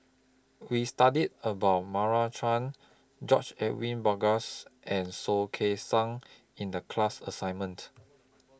We studied about Meira Chand George Edwin Bogaars and Soh Kay Siang in The class assignment